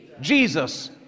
Jesus